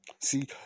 See